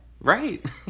Right